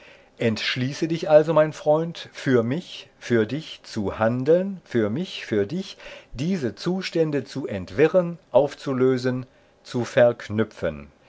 entschließe dich also mein freund für mich für dich zu handeln für mich für dich diese zustände zu entwirren aufzulösen zu verknüpfen